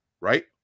Right